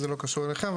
זה לא קשור אליכם,